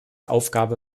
aufgabe